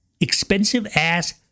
Expensive-ass